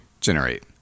Generate